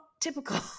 typical